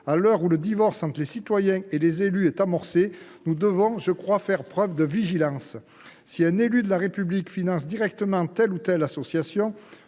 À l’heure où le divorce entre les citoyens et leurs élus est amorcé, nous devons faire preuve de la plus grande vigilance. En laissant un élu de la République financer directement telle ou telle association,